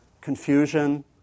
confusion